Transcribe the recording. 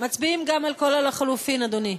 מצביעים גם על כל הלחלופין, אדוני.